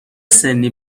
سنی